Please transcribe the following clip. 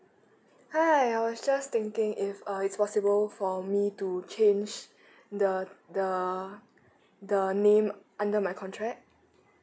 hi I was just thinking if uh it's possible for me to change the the the name under my contract